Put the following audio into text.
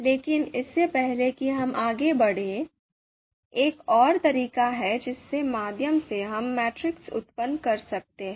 लेकिन इससे पहले कि हम आगे बढ़ें एक और तरीका है जिसके माध्यम से हम मैट्रिक्स उत्पन्न कर सकते हैं